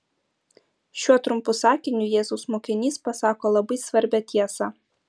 šiuo trumpu sakiniu jėzaus mokinys pasako labai svarbią tiesą